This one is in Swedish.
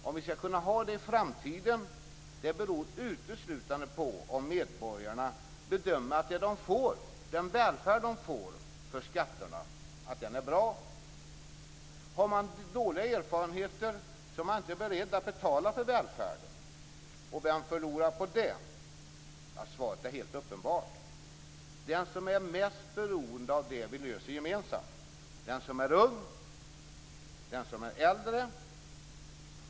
Om vi skall kunna ha det i framtiden beror uteslutande på om medborgarna bedömer att det de får, den välfärd de får för skatterna, är bra. Har man dåliga erfarenheter är man inte beredd att betala för välfärden. Vem förlorar på det? Svaret är helt uppenbart. Den som är mest beroende av det som vi löser gemensamt. Den som är ung. Den som är äldre.